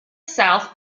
south